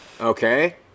Okay